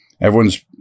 Everyone's